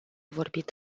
vorbit